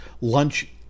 lunch